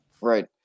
right